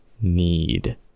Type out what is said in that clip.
need